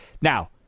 Now